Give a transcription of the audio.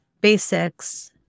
basics